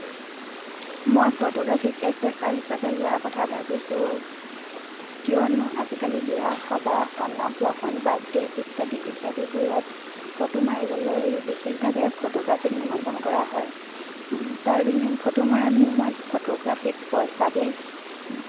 মই ফটোগ্ৰাফিক এক পেছা হিচাপে লোৱাৰ কথা ভাবিছোঁ কিয়নো আজিকালি বিয়া সবাহ অনন্নপ্ৰসন বাৰ্থডে' ইত্যাদি ইত্যাদিবোৰত ফটো মাৰিবলৈ বিশেষভাৱে ফটোগ্ৰাফিক নিমন্ত্ৰণ কৰা হয় তাৰ ফটো মৰা বিনিময়ত ফটোগ্ৰাফিক পইচা দিয়ে